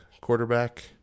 quarterback